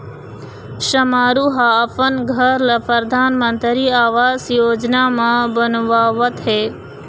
समारू ह अपन घर ल परधानमंतरी आवास योजना म बनवावत हे